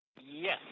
Yes